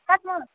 cut ಮಾಡು